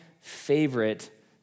favorite